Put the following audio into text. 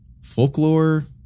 folklore